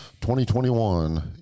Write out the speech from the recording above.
2021